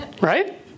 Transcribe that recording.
Right